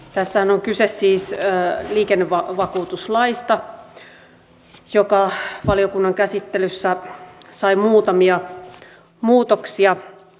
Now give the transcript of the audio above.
tässähän on kyse siis liikennevakuutuslaista joka valiokunnan käsittelyssä sai muutamia muutoksia